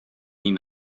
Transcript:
ihn